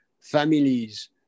families